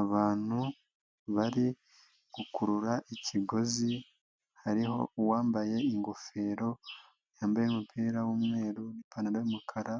Abantu bari gukurura ikigozi hariho uwambaye ingofero yambaye umupira wumweru ipantaro yumukara